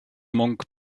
monk